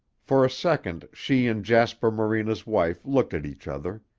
for a second she and jasper morena's wife looked at each other.